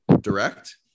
Direct